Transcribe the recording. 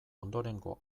ondorengo